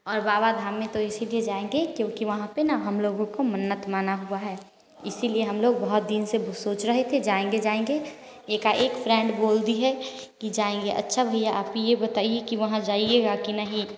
और बाबा धाम तो इसीलिए जाएंगे क्योंकि वहाँ पर ना हम लोगों को मन्नत माना हुआ है इसीलिए हम लोग बहुत दिन से सोच रहे थे जाएंगे जाएंगे एका एक फ्रेंड बोल दी है की जाएंगे अच्छा भैया आप यह बताइए वहाँ जाएंगे की नहीं